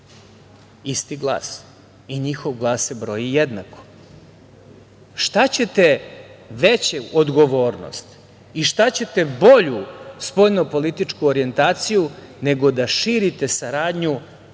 isti glas i njihov glas se broji jednako. Šta ćete veću odgovornost i šta ćete bolju spoljnopolitičku organizaciju nego da širite saradnju